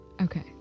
Okay